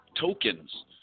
tokens